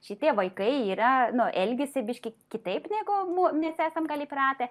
šitie vaikai yra nu elgiasi biški kitaip negu mumis esam gal įpratę